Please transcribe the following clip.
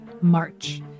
March